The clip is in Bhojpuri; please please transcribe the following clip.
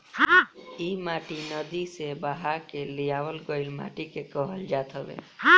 इ माटी नदी से बहा के लियावल गइल माटी के कहल जात हवे